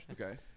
Okay